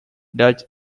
dutch